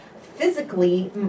physically